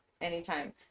anytime